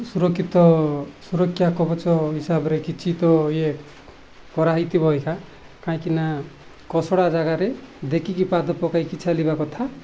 ସୁରକ୍ଷିତ ସୁରକ୍ଷା କବଚ ହିସାବରେ କିଛି ତ ଇଏ କରାହୋଇଥିବ ଏକା କାହିଁକିନା ଖସଡ଼ା ଜାଗାରେ ଦେଖିକି ପାଦ ପକାଇକି ଚାଲିବା କଥା